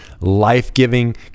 life-giving